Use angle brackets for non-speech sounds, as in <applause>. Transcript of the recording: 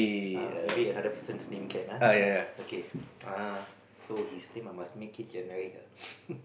uh maybe another person's name can ah okay uh so his name I must make it generic ah <noise>